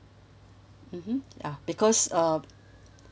mmhmm ya because uh